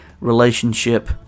relationship